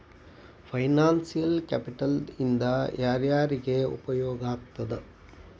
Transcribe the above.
Financial capital ಇಂದಾ ಯಾರ್ಯಾರಿಗೆ ಉಪಯೊಗಾಗ್ತದ?